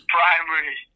Primary